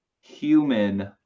human